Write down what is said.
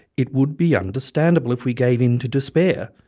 it would be understandable if we gave in to despair.